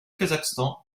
kazakhstan